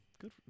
Good